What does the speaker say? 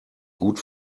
gut